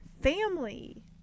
family